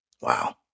Wow